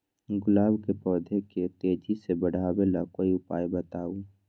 गुलाब के पौधा के तेजी से बढ़ावे ला कोई उपाये बताउ?